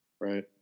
right